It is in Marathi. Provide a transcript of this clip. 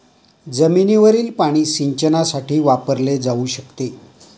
जमिनीवरील पाणी सिंचनासाठी वापरले जाऊ शकते